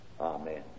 Amen